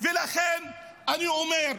ולכן אני אומר,